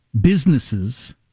businesses